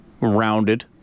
rounded